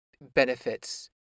benefits